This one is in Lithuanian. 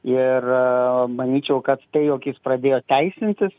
ir manyčiau kad tai jog jis pradėjo teisintis